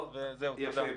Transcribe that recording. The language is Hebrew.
תודה.